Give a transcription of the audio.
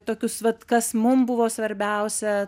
tokius vat kas mum buvo svarbiausia